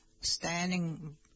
standing